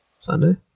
Sunday